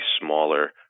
smaller